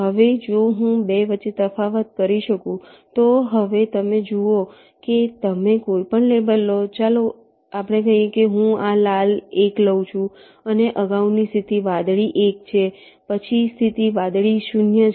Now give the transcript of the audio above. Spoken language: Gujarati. હવે જો હું 2 વચ્ચે તફાવત કરી શકું તો હવે તમે જુઓ કે તમે કોઈપણ લેબલ લો ચાલો આપણે લઈએ હું આ લાલ 1 લઉં છું તેની અગાઉની સ્થિતિ વાદળી 1 છે પછીની સ્થિતિ વાદળી 0 છે